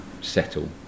settle